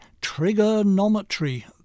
Trigonometry